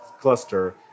cluster